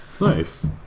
Nice